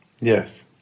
Yes